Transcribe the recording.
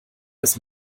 das